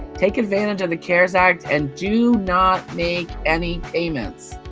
take advantage of the cares act and do not make any payments,